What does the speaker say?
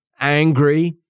angry